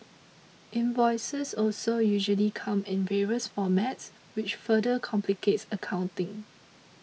invoices also usually come in various formats which further complicates accounting